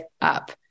up